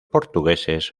portugueses